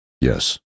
Yes